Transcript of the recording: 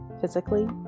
physically